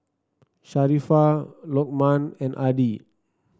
Sharifah Lokman and Adi